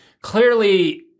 clearly